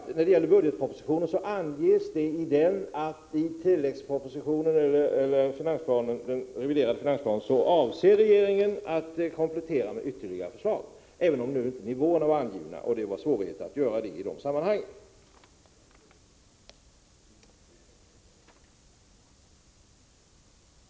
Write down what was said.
I budgetpropositionen anges att regeringen avser att komma med kompletterande förslag i den reviderade finansplanen. Visserligen anges inga nivåer, men det var svårt att göra det i detta sammanhang.